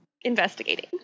investigating